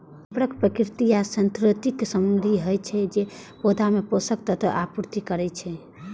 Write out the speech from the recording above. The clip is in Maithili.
उर्वरक प्राकृतिक या सिंथेटिक सामग्री होइ छै, जे पौधा मे पोषक तत्वक आपूर्ति करै छै